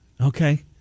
Okay